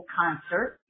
concert